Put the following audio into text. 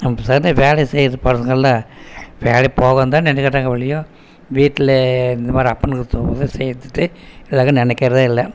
நமக்கு சொல்கிற வேலையை செய்கிறது பசங்கெள்லாம் வேலைக்கு போவோம் தான் நினைக்கிறாங்க ஒழியோ வீட்டிலே இந்த மாரி அப்பனுக்கு சேர்த்துட்டு இதாக நினைக்கிறதே இல்லை